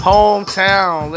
Hometown